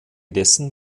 dessen